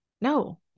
No